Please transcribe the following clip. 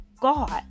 God